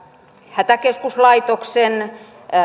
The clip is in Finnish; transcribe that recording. hätäkeskuslaitoksen